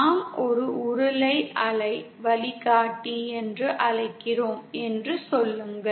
நாம் ஒரு உருளை அலை வழிகாட்டி என்று அழைக்கிறோம் என்று சொல்லுங்கள்